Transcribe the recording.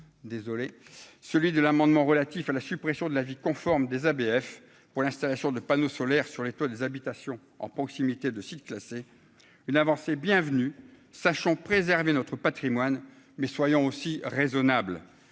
désolé, celui de l'amendement relatif à la suppression de l'avis conforme des ABF pour l'installation de panneaux solaires sur les toits des habitations en proximité de sites classés une avancée bienvenue, sachons préserver notre Patrimoine mais soyons aussi raisonnable,